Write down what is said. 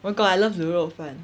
oh my god I love 卤肉饭